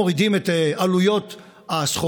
וכמובן לא מורידים את עלויות הסחורה,